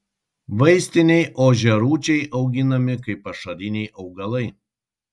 vaistiniai ožiarūčiai auginami kaip pašariniai augalai